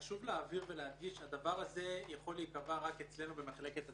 חשוב להבהיר ולהגיד שהדבר הזה יכול להיקבע רק אצלנו במחלקת התביעות.